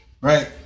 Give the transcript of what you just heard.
Right